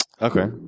Okay